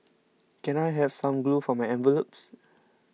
can I have some glue for my envelopes